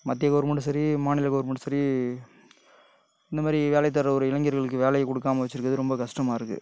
மத்திய கவுர்மெண்ட்டும் சரி மாநில கவுர்மெண்ட்டும் சரி இந்த மாதிரி வேலையை தேடுகிற ஒரு இளைஞர்களுக்கு வேலையை கொடுக்காம வச்சிருக்கறது ரொம்ப கஷ்டமாக இருக்கு